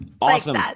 Awesome